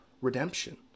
redemption